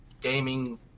gaming